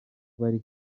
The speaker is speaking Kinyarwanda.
bari